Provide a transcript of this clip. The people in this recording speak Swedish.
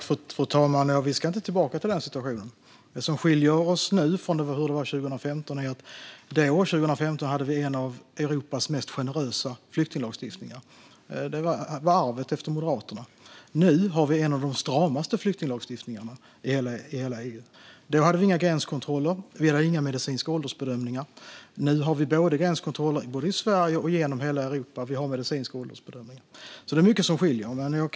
Fru talman! Vi ska inte tillbaka till den situationen. Det som skiljer nuvarande situation från situationen 2015 är att vi då hade en av Europas mest generösa flyktinglagstiftningar. Det var arvet efter Moderaterna. Nu har vi en av de stramaste flyktinglagstiftningarna i hela EU. Då hade vi inga gränskontroller och inga medicinska åldersbedömningar. Nu har vi gränskontroller både i Sverige och genom hela Europa, och vi har medicinska åldersbedömningar. Det är alltså mycket som skiljer situationerna åt.